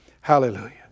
Hallelujah